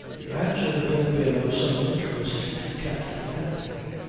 the answer would have been of some interest to captain anthony.